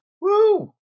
Woo